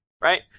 Right